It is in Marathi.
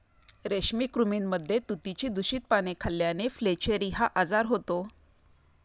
रेशमी कृमींमध्ये तुतीची दूषित पाने खाल्ल्याने फ्लेचेरी हा आजार होतो